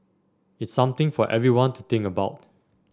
it's something for everyone to think about